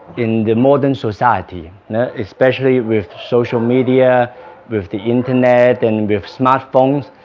in the modern society especially with social media with the internet and with smartphones